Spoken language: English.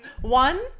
one